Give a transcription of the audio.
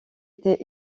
était